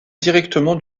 directement